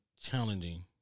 challenging